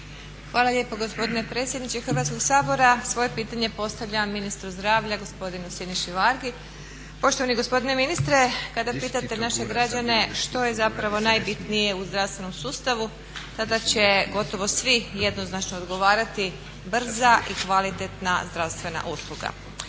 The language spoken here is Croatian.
Hvala lijepo gospodine predsjedniče Hrvatskoga sabora. Svoje pitanje postavljam ministru zdravlja gospodinu Sinišu Vargi. Poštovani gospodine ministre kada pitate naše građane što je zapravo najbitnije u zdravstvenom sustavu tada će gotovo svi jednoznačno odgovarati brza i kvalitetna zdravstvena usluga.